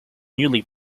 newly